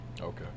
Okay